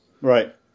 Right